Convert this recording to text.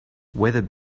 weather